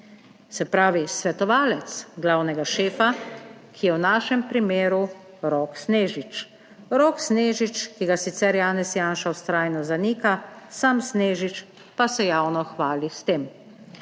se pravi svetovalec glavnega šefa, ki je v našem primeru Rok Snežič. Rok Snežič, ki ga sicer Janez Janša vztrajno zanika, sam Snežič pa se javno hvali s tem.